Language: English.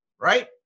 right